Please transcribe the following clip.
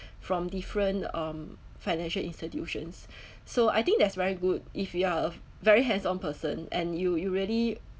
from different um financial institutions so I think that's very good if you are a very hands on person and you you really